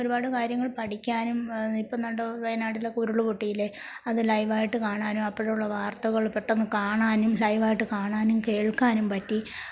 ഒരുപാട് കാര്യങ്ങൾ പഠിക്കാനും ഇപ്പം ദാണ്ട വയനാട്ടിലൊക്കെ ഉരുള് പൊട്ടിയില്ലേ അത് ലൈവായിട്ട് കാണാനും അപ്പോഴുള്ള വാർത്തകൾ പെട്ടെന്ന് കാണാനും ലൈവായിട്ട് കാണാനും കേൾക്കാനും പറ്റി